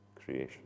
creation